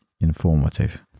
informative